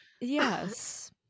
yes